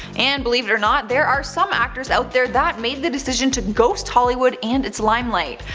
and believe it or not, there are some actors out there that made the decision to ghost hollywood and its limelight.